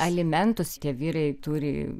alimentus tie vyrai turi